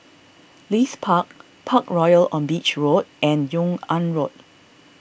Leith Park Parkroyal on Beach Road and Yung An Road